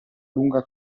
lunga